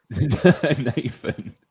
Nathan